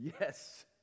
Yes